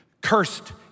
Cursed